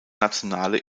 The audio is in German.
nationale